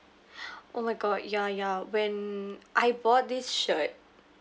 oh my god ya ya when I bought this shirt